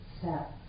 Step